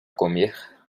comer